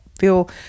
feel